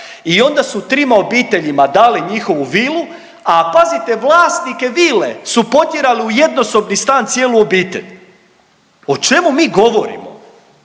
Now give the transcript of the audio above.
i onda su trima obiteljima dali njihovu vilu, a pazite vlasnike vile su potjerali u jednosobni stan cijelu obitelj. O čemu mi govorimo?